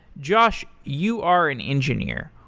josh, you are an engineer.